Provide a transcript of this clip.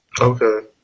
Okay